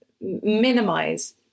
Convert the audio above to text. minimize